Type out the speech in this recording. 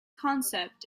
concept